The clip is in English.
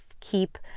keep